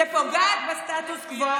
שפוגעת בסטטוס קוו,